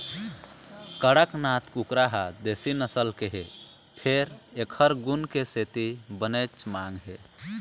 कड़कनाथ कुकरा ह देशी नसल के हे फेर एखर गुन के सेती बनेच मांग हे